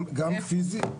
גם פיזי,